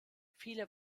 viele